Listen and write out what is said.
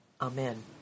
Amen